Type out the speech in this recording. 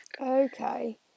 Okay